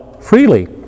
freely